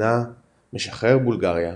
שכונה "משחרר בולגריה",